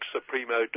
Supremo